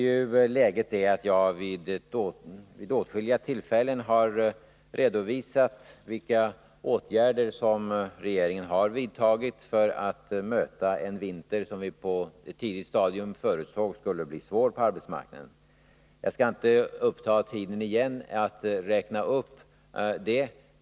Jag har vid åtskilliga tillfällen redovisat vilka åtgärder regeringen har vidtagit för att möta en vinter som vi på ett tidigt stadium förutsåg skulle bli svår på arbetsmarknaden. Jag skall inte uppta tiden med att återigen göra en uppräkning.